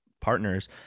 partners